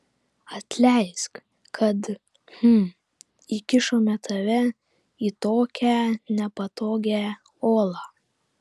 atleisk kad hm įkišome tave į tokią nepatogią olą